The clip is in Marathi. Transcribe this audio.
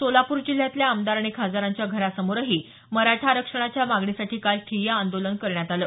सोलापूर जिल्ह्यातल्या आमदार आणि खासदारांच्या घरासमोरही मराठा आरक्षणाच्या मागणीसाठी काल ठिय्या आंदोलन करण्यात आलं